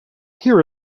here